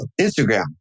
Instagram